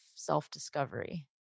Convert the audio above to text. Self-discovery